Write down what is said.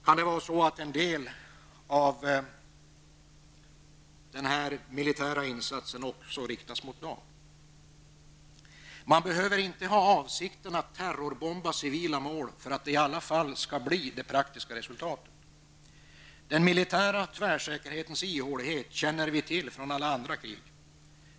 Kan en del av den militära insatsen också vara riktad mot dem? Man behöver inte ha avsikten att terrorbomba civila mål för att det i alla fall skall bli det praktiska resultatet. Den militära tvärsäkerhetens ihålighet känner vi till från alla andra krig.